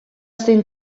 zein